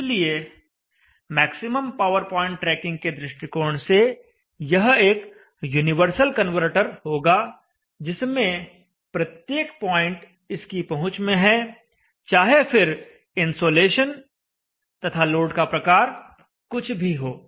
इसलिए maximum power point tracking के दृष्टिकोण से यह एक यूनिवर्सल कन्वर्टर होगा जिसमें प्रत्येक पॉइंट इसकी पहुंच में है चाहे फिर इन्सोलेशन तथा लोड का प्रकार कुछ भी हो